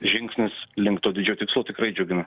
žingsnis link to didžio tikslo tikrai džiugina